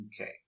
Okay